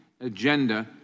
agenda